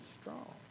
strong